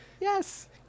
yes